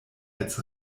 als